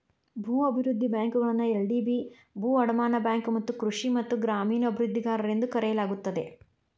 ಭೂ ಅಭಿವೃದ್ಧಿ ಬ್ಯಾಂಕುಗಳನ್ನ ಎಲ್.ಡಿ.ಬಿ ಭೂ ಅಡಮಾನ ಬ್ಯಾಂಕು ಮತ್ತ ಕೃಷಿ ಮತ್ತ ಗ್ರಾಮೇಣ ಅಭಿವೃದ್ಧಿಗಾರರು ಎಂದೂ ಕರೆಯಲಾಗುತ್ತದೆ